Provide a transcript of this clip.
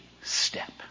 step